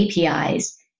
APIs